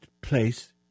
place